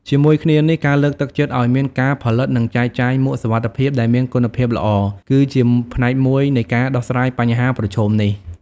ជាមួយគ្នានេះ ការលើកទឹកចិត្តឱ្យមានការផលិត និងចែកចាយមួកសុវត្ថិភាពដែលមានគុណភាពល្អ គឺជាផ្នែកមួយនៃការដោះស្រាយបញ្ហាប្រឈមនេះ។